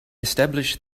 established